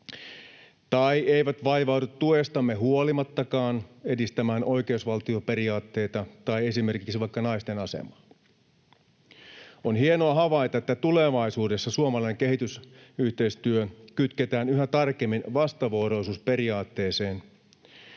eivät vaivaudu tuestamme huolimattakaan edistämään oikeusvaltioperiaatteita tai esimerkiksi naisten asemaa. On hienoa havaita, että tulevaisuudessa suomalainen kehitysyhteistyö kytketään yhä tarkemmin vastavuoroisuusperiaatteeseen.